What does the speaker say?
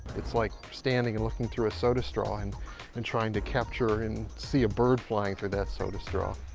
it's like standing and looking through a soda straw and and trying to capture and see a bird flying through that soda straw.